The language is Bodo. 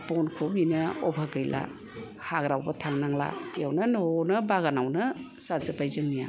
बनखौ बिनो अबाब गैला हाग्रायावबो थांनांला बेवनो न' आवनो बागानावनो जाजोबबाय जोंनिया